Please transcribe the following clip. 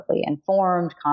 informed